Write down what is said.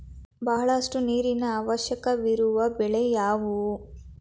ಬಹಳಷ್ಟು ನೀರಿನ ಅವಶ್ಯಕವಿರುವ ಬೆಳೆ ಯಾವುವು?